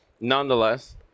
nonetheless